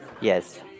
yes